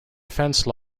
offense